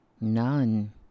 none